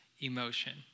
emotion